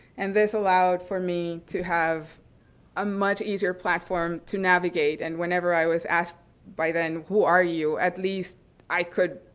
and this allowed for me to have a much easier platform to navigate. and whenever i was asked by then, who are you? at least i could,